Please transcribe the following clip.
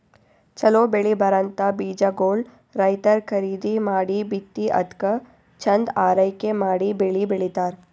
ಛಲೋ ಬೆಳಿ ಬರಂಥ ಬೀಜಾಗೋಳ್ ರೈತರ್ ಖರೀದಿ ಮಾಡಿ ಬಿತ್ತಿ ಅದ್ಕ ಚಂದ್ ಆರೈಕೆ ಮಾಡಿ ಬೆಳಿ ಬೆಳಿತಾರ್